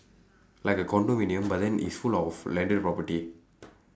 like a condominium but then is full of landed property